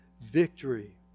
victory